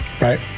right